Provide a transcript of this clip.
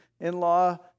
in-law